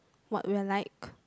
what we are like